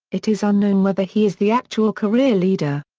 it is unknown whether he is the actual career leader.